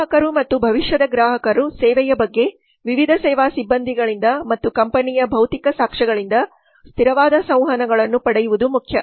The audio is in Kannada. ಗ್ರಾಹಕರು ಮತ್ತು ಭವಿಷ್ಯದ ಗ್ರಾಹಕರು ಸೇವೆಯ ಬಗ್ಗೆ ವಿವಿಧ ಸೇವಾ ಸಿಬ್ಬಂದಿಗಳಿಂದ ಮತ್ತು ಕಂಪನಿಯ ಭೌತಿಕ ಸಾಕ್ಷ್ಯಗಳಿಂದ ಸ್ಥಿರವಾದ ಸಂವಹನಗಳನ್ನು ಪಡೆಯುವುದು ಮುಖ್ಯ